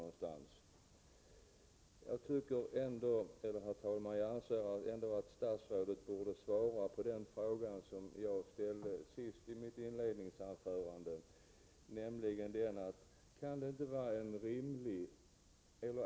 Jag anser ändå att statsrådet borde svara på den fråga jag ställde i slutet av mitt anförande.